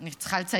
אני צריכה לציין,